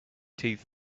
teeth